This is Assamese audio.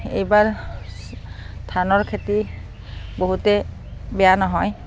এইবাৰ ধানৰ খেতি বহুতেই বেয়া নহয়